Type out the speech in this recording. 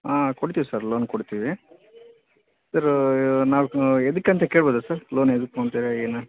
ಹಾಂ ಕೊಡ್ತಿವಿ sir loan ಕೊಡ್ತೀವಿ ಸರ್ ನಾವು ಯದಕ ಅಂತ ಕೇಳ್ಬೋದಾ ಸರ್ ಲೋನ್ ಯದಕ್ಕಂತ ಏನು